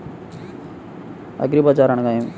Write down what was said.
అగ్రిబజార్ అనగా నేమి?